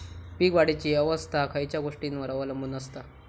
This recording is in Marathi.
पीक वाढीची अवस्था खयच्या गोष्टींवर अवलंबून असता?